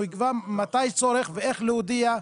הוא יקבע מתי יש צורך ואיך להודיע.